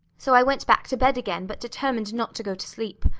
so i went back to bed again, but determined not to go to sleep.